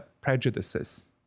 prejudices